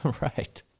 Right